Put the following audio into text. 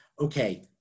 okay